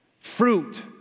Fruit